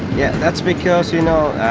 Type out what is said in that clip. yeah, that's because, you know,